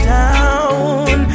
down